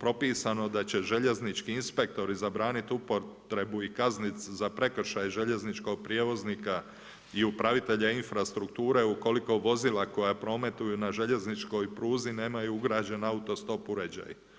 propisano da će željeznički inspektori zabraniti upotrebu i kazniti za prekršaj željezničkoj prijevoznika i upravitelja infrastrukture, ukoliko vozila koja prometuju na željezničkoj pruzi nemaju ugrađen auto stop uređaj.